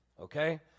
okay